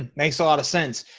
makes a lot of sense.